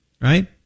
right